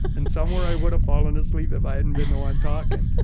and somewhere i would have fallen asleep if i hadn't been the one talking.